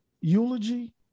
eulogy